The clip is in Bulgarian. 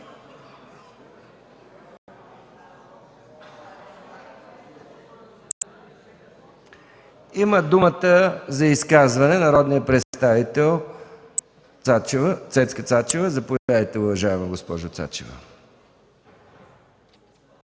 Има думата за изказване народният представител Цецка Цачева. Заповядайте, уважаема госпожо Цачева.